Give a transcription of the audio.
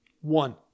one